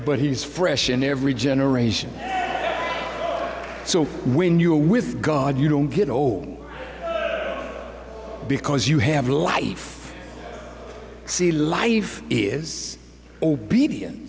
but he's fresh in every generation so when you're with god you don't get old because you have life see life is obedien